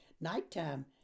nighttime